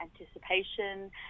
anticipation